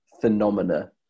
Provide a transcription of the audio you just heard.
phenomena